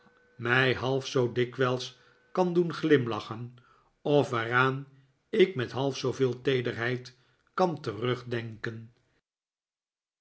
mij half xoo dikwijls kan doen glimlachen of waaraan ik met half zooveel teederheid kan terugdenken